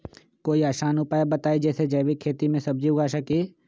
कोई आसान उपाय बताइ जे से जैविक खेती में सब्जी उगा सकीं?